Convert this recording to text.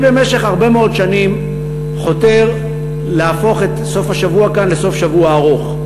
אני במשך הרבה מאוד שנים חותר להפיכת סוף השבוע כאן לסוף שבוע ארוך.